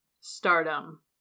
stardom